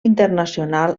internacional